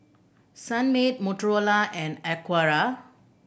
Sunmaid Motorola and Acura